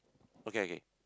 okay okay